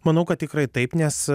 manau kad tikrai taip nes